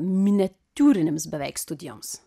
miniatiūriniams beveik studijoms